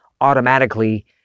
automatically